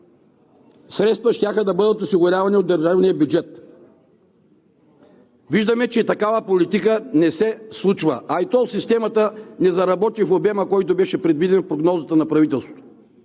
средства щяха да бъдат осигурявани от държавния бюджет. Виждаме, че такава политика не се случва, а и тол системата не заработи в обема, който беше предвиден, в прогнозата на правителството.